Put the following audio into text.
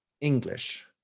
English